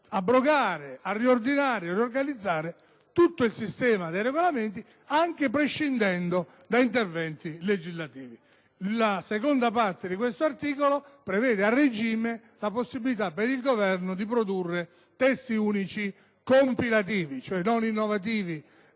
a riordinare, abrogare e riorganizzare tutto il sistema dei regolamenti, anche prescindendo da interventi legislativi. Il comma 2 di questo stesso articolo prevede, a regime, la possibilità per il Governo di produrre testi unici compilativi, cioè non innovativi